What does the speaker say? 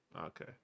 Okay